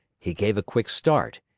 he gave a quick start,